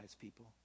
people